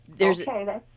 Okay